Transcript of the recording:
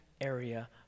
area